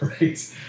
right